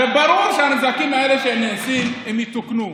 הרי ברור שהנזקים האלה שנעשים, הם יתוקנו,